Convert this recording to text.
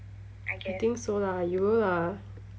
I think so lah you will lah